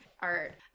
art